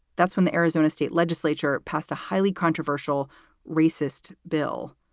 that's when the arizona state legislature passed a highly controversial recist bill.